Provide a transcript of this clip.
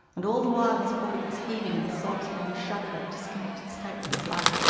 and all the while his body was heaving with sobs while he shuddered out disconnected statements like,